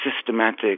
systematic